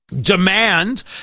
demand